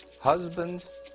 husbands